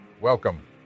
welcome